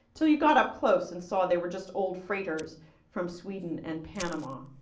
til you got up close and saw they were just old freighters from sweden and panama.